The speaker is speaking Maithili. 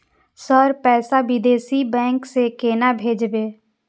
सर पैसा विदेशी बैंक में केना भेजबे?